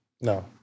No